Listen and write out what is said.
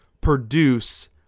produce